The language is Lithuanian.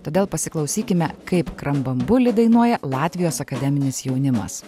todėl pasiklausykime kaip krambambuli dainuoja latvijos akademinis jaunimas